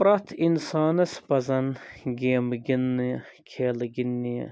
پرٛٮ۪تھ اِنسانَس پَزَن گیمہٕ گِندنہٕ کھیلہٕ گِندنہِ